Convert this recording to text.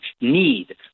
need